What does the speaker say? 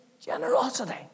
generosity